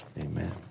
Amen